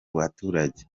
baturage